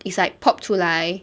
it's like pop 出来